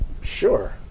Sure